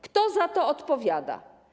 Kto za to odpowiada?